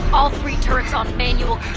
all three turrets on manual